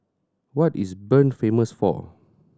what is Bern famous for